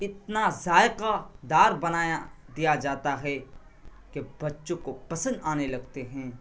اتنا ذائقہ دار بنایا دیا جاتا ہے کہ بچوں کو پسند آنے لگتے ہیں